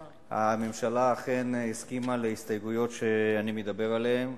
הממשלה אכן הסכימה להסתייגויות שאני מדבר עליהן,